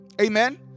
Amen